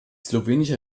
slowenische